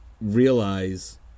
realize